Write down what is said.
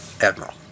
Admiral